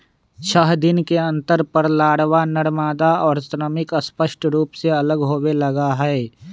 छः दिन के अंतर पर लारवा, नरमादा और श्रमिक स्पष्ट रूप से अलग होवे लगा हई